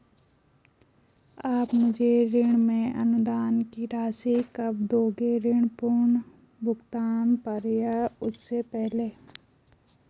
आप मुझे ऋण में अनुदान की राशि कब दोगे ऋण पूर्ण भुगतान पर या उससे पहले?